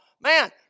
Man